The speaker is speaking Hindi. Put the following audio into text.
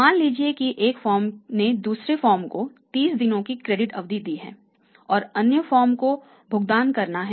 मान लीजिए कि एक फर्म ने दूसरी फर्म को 30 दिनों की क्रेडिट अवधि दी है और अन्य फर्म को भुगतान करना है